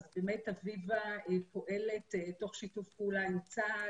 באמת אביבה פועלת תוך שיתוף פעולה עם צה"ל.